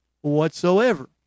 whatsoever